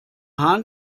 hahn